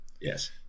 Yes